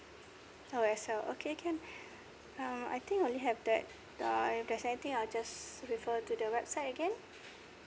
oh as well okay can um I think only have that the if there's anything I'll just refer to the website again